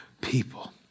people